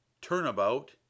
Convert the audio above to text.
Turnabout